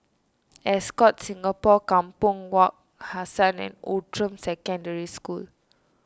Ascott Singapore Kampong Wak Hassan and Outram Secondary School